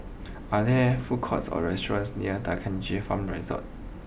are there food courts or restaurants near D'Kranji Farm Resort